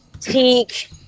teak